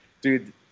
dude